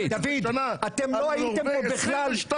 אתם גנבתם 200 מיליון שקלים.